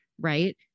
right